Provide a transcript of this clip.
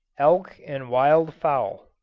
elk and wild fowl